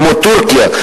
כמו טורקיה,